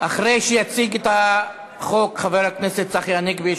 אחרי שיציג את החוק חבר הכנסת צחי הנגבי,